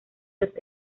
los